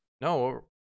No